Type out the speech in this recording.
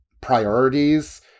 priorities